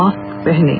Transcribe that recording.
mask पहनें